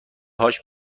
هاش